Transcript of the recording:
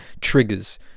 triggers